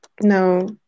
No